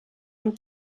und